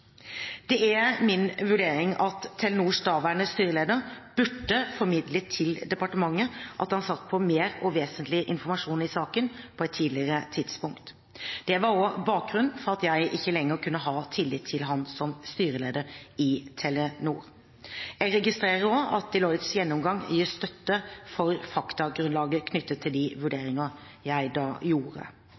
Det er min vurdering at Telenors daværende styreleder burde formidlet til departementet at han satt på mer og vesentlig informasjon i saken på et tidligere tidspunkt. Dette var også bakgrunnen for at jeg ikke lenger kunne ha tillit til ham som styreleder i Telenor. Jeg registrerer også at Deloittes gjennomgang gir støtte for faktagrunnlaget knyttet til de vurderingene jeg da gjorde.